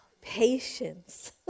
Patience